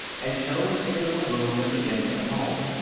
and chose a little room at the end of the hall.